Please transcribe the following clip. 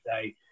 say